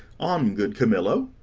on, good camillo.